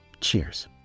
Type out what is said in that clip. cheers